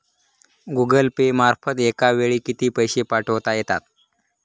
Google pay मार्फत एका वेळी किती पैसे पाठवता येतात?